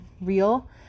real